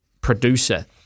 producer